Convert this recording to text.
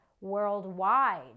worldwide